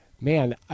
Man